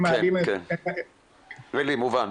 --- מובן.